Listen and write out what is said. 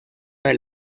del